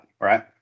right